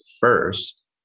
first